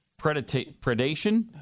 predation